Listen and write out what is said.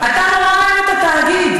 אתה נורא אוהב את התאגיד.